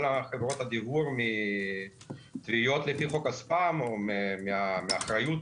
חברות הדיוור לפי חוק הספאם או מאחריות,